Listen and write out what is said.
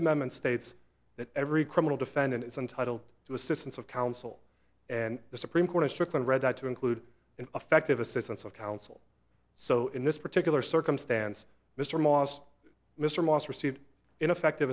amendment states that every criminal defendant is entitled to assistance of counsel and the supreme court of strickland read that to include an effective assistance of counsel so in this particular circumstance mr moss mr moss received ineffective